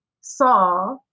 saw